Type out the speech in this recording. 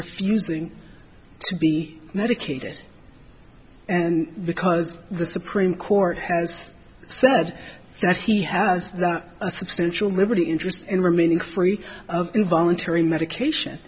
refusing to be medicated and because the supreme court has said that he has a substantial liberty interest in remaining free of involuntary medication